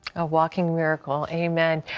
a walking miracle. amen.